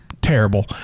terrible